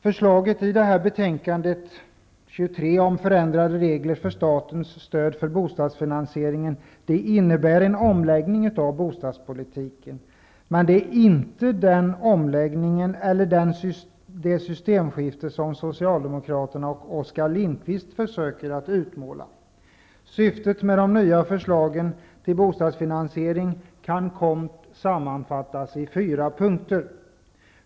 Förslaget i betänkande BoU23 om förändrade regler för statens stöd till bostadsfinansieringen innebär en omläggning av bostadspolitiken. Men det är inte den omläggning eller det systemskifte som socialdemokraterna och Oskar Lindkvist försöker att utmåla. Syftet med de nya förslagen till bostadsfinansiering kan kort sammanfattas i fyra punkter.